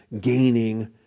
gaining